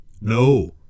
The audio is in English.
no